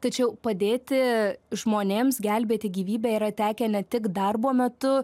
tačiau padėti žmonėms gelbėti gyvybę yra tekę ne tik darbo metu